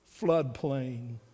floodplain